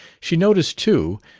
she noticed, too,